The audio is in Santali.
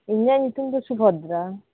ᱤᱧᱟᱹᱜ ᱧᱩᱛᱩᱢ ᱫᱚ ᱥᱩᱵᱷᱚᱫᱨᱟ